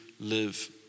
live